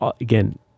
again